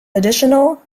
additional